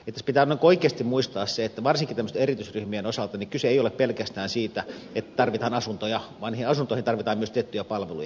tässä pitäisi oikeasti muistaa se että varsinkin tämmöisten erityisryhmien osalta kyse ei ole pelkästään siitä että tarvitaan asuntoja vaan niihin asuntoihin tarvitaan myös tiettyjä palveluja